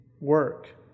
work